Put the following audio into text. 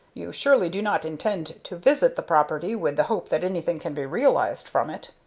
you surely do not intend to visit the property with the hope that anything can be realized from it?